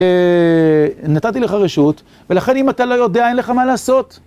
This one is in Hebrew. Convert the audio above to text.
נתתי לך רשות ולכן אם אתה לא יודע אין לך מה לעשות.